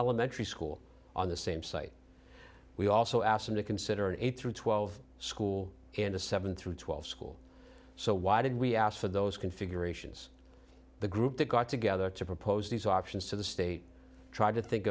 elementary school on the same site we also asked them to consider eight through twelve school in a seven through twelve school so why did we ask for those configurations the group that got together to propose these options to the state tried to think